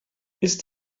ist